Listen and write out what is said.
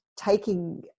taking